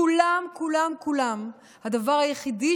כולם כולם כולם, הדבר היחידי